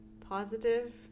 positive